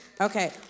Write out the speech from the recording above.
Okay